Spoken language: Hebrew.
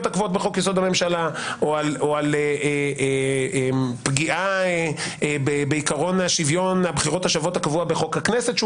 או מפני פגיעה בעקרון השוויון שמשוריין בחוק הכנסת או